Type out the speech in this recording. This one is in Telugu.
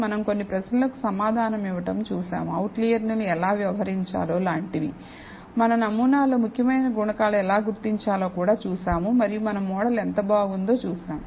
మనం కొన్ని ప్రశ్నలకు సమాధానం ఇవ్వడం చూశాము అవుట్లైయర్ల ను ఎలా వ్యవహరించాలో లాంటివి మన నమూనాలో ముఖ్యమైన గుణకాలు ఎలా గుర్తించాలో కూడా చూశాము మరియు మన మోడల్ ఎంత బాగుందో చూశాము